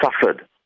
suffered